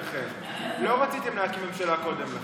לא רציתם להקים ממשלה קודם לכן?